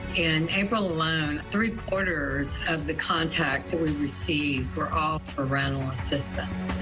in april alone, three-quarters of the contacts that we received were all for rental assistance,